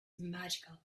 magical